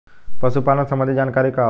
पशु पालन संबंधी जानकारी का होला?